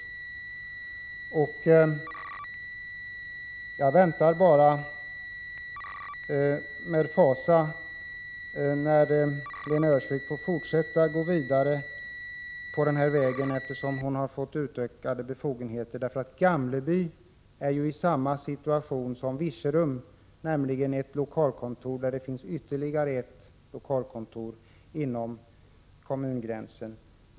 Jag väntar med oro på framtiden om Lena Öhrsvik får fortsätta att gå vidare på den inslagna vägen — hon och sjukkassestyrelserna har ju fått ökade befogenheter. Gamleby är i samma situation som Virserum, nämligen att ha ett lokalkontor vid sidan om ytterligare ett lokalkontor inom kommungränsen.